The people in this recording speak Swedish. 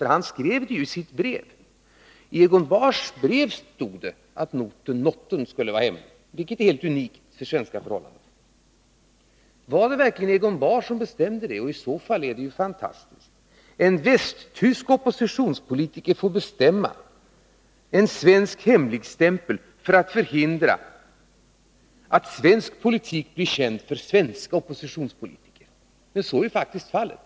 I hans brev stod det ju att noten skulle vara hemlig, något som alltså är helt unikt för svenska förhållanden. Det är verkligen fantastiskt om det var Egon Bahr som bestämde detta. Är det möjligt att en västtysk oppositionspolitiker får bestämma om en svensk hemligstämpel för att förhindra att svensk politik blir känd för vårt lands oppositionspolitiker? Det tycks faktiskt vara fallet.